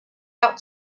out